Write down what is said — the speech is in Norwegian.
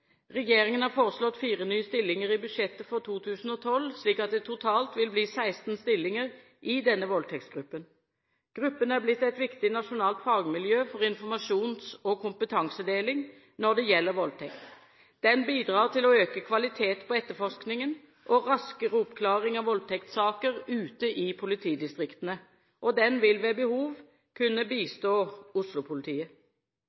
Regjeringen har foreslått fire nye stillinger i budsjettet for 2012, slik at det totalt vil bli 16 stillinger i denne voldtektsgruppen. Gruppen er blitt et viktig nasjonalt fagmiljø for informasjons- og kompetansedeling når det gjelder voldtekt. Den bidrar til økt kvalitet på etterforskningen og raskere oppklaring av voldtektssaker ute i politidistriktene, og den vil ved behov kunne